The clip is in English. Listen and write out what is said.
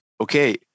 okay